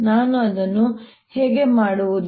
ನಾನು ಅದನ್ನು ಹೇಗೆ ಮಾಡುವುದು